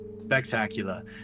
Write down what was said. Spectacular